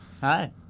Hi